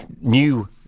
new